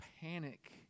panic